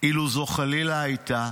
אילו חלילה זאת הייתה